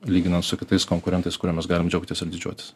lyginant su kitais konkurentais kuriuo mes galim džiaugtis ir didžiuotis